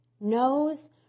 knows